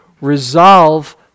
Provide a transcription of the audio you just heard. Resolve